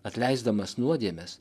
atleisdamas nuodėmes